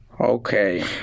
Okay